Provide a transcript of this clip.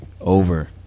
over